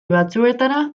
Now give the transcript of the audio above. batzuetara